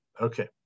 Okay